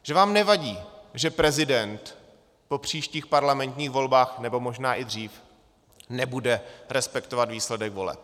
Že vám nevadí, že prezident po příštích parlamentních volbách, nebo možná i dřív, nebude respektovat výsledek voleb.